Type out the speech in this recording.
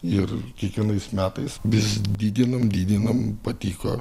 ir kiekvienais metais vis didinam didinam patiko